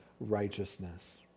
righteousness